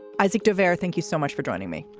isaac de vera, thank you so much for joining me.